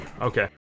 Okay